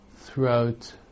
throughout